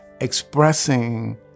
expressing